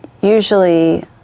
usually